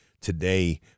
today